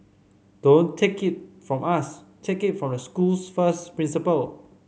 don't take it from us take it from the school's first principal